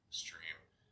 stream